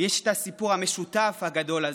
יש את הסיפור המשותף הגדול הזה.